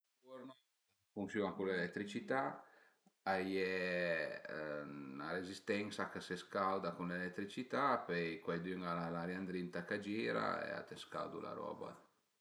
A funsiun-a cun l'eletricità, a ie 'na rezistensa ch'a së scauda cun l'eletricità, pöi cuaidün al a l'aria ëndrinta ch'a gira e a të scaudu la roba